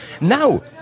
Now